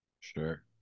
Sure